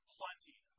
plenty